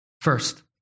First